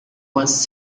was